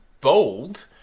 bold